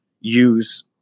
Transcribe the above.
use